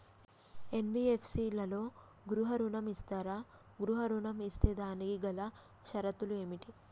NBFC లలో గృహ ఋణం ఇస్తరా? గృహ ఋణం ఇస్తే దానికి గల షరతులు ఏమిటి?